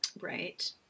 right